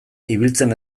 ibiltzen